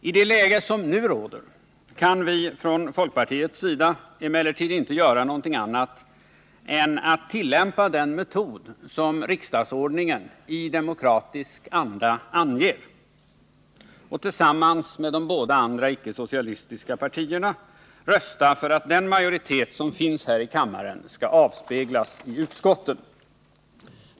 I det läge som nu råder kan vi på folkpartiets håll inte göra annat än att tillämpa den metod som riksdagsordningen i demokratisk anda anger och tillsammans med de båda andra icke-socialistiska partierna rösta för att den majoritet som finns här i kammaren skall avspeglas i utskotten.